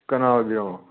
ꯀꯅꯥ ꯑꯣꯏꯕꯤꯔꯃꯣ